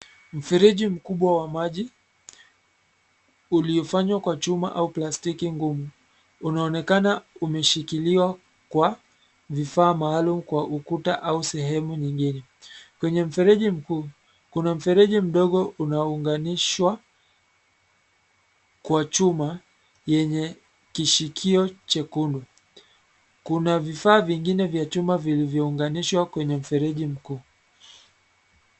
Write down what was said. Mfereji mkubwa wa maji, uliofanywa kwa chuma au plastiki ngumu, unaonekana umeshikiliwa kwa vifaa maalumu kwa ukuta au sehemu nyingine. Kwenye mfereji mkuu, kuna mfereji mdogo unaunganishwa kwa chuma yenye kishikio chekundu. Kuna vifaa vingine vya chuma vilivyounganishwa kwenye mfereji mkuu.